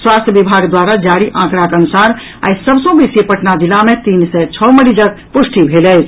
स्वास्थ्य विभाग द्वारा जारी आंकड़ाक अनुसार आई सभ सँ बेसी पटना जिला मे तीन सय छओ मरीजक पुष्टि भेल अछि